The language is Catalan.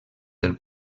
del